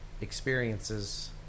experiences